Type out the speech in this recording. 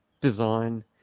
design